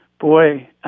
Boy